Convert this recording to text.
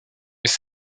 mais